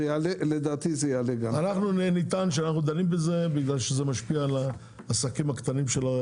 אנחנו נטען שאנחנו דנים בזה בגלל שזה משפיע על העסקים הקטנים.